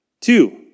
Two